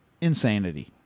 Insanity